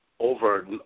over